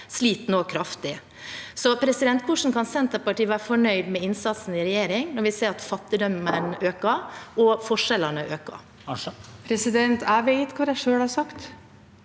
sliter nå kraftig. Hvordan kan Senterpartiet være fornøyd med innsatsen i regjering når vi ser at fattigdommen og forskjellene øker?